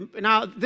Now